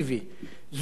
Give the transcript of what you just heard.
זו המלצה